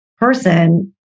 person